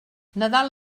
nadal